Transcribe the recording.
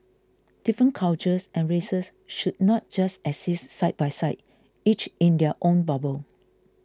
different cultures and races should not just exist side by side each in their own bubble